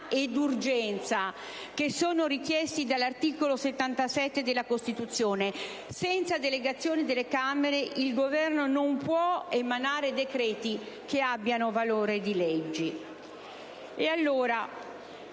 ed urgenza che sono richiesti dall'articolo 77 della Costituzione? Senza delegazione delle Camere il Governo non può emanare decreti che abbiano valore di legge.